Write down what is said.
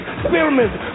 experiments